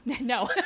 No